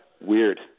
weird